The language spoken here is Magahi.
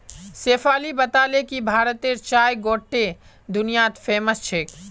शेफाली बताले कि भारतेर चाय गोट्टे दुनियात फेमस छेक